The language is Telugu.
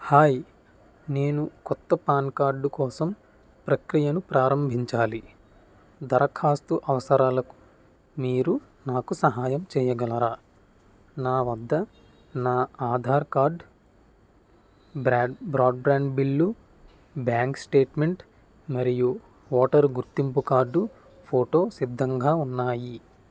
హాయ్ నేను కొత్త పాన్ కార్డు కోసం ప్రక్రియను ప్రారంభించాలి దరఖాస్తు అవసరాలకు మీరు నాకు సహాయం చెయ్యగలరా నా వద్ద నా Aadhaar card broad broadband bill bank statement మరియు ఓటరు గుర్తింపు కార్డు ఫోటో సిద్ధంగా ఉన్నాయి